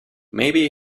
maybe